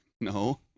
No